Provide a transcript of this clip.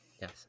Yes